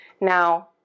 Now